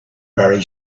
very